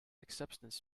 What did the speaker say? acceptance